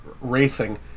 racing